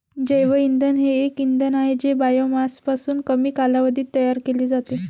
जैवइंधन हे एक इंधन आहे जे बायोमासपासून कमी कालावधीत तयार केले जाते